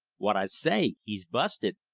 what i say. he's busted.